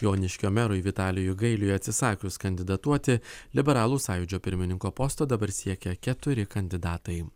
joniškio merui vitalijui gailiui atsisakius kandidatuoti liberalų sąjūdžio pirmininko posto dabar siekia keturi kandidatai